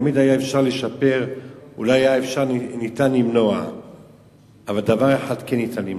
אולי ניתן היה למנוע את המעשה.